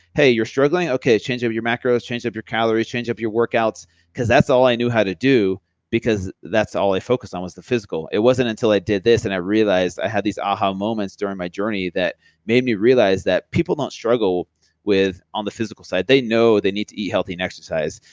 hey, you're struggling, okay, change up your macros, change up your calories, change up your workouts because that's all i knew how to do because that's all i focused on was the physical. it wasn't until i did this and i realized i had these aha moments during my journey that made me realize that people don't struggle on the physical side. they know they need to eat healthy and exercise.